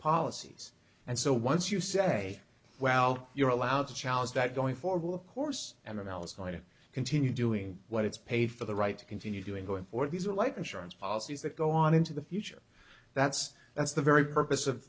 policies and so once you say well you're allowed to challenge that going for will of course and i'm else going to continue doing what it's paid for the right to continue doing going for these are life insurance policies that go on into the future that's that's the very purpose of